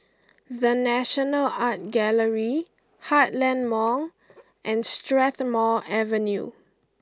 The National Art Gallery Heartland Mall and Strathmore Avenue